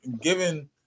given